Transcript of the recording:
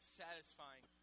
satisfying